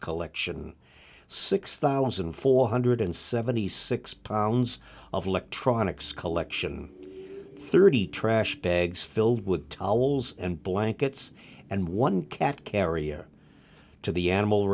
collection six thousand four hundred seventy six pounds of electronics collection thirty trash bags filled with towels and blankets and one cat carrier to the animal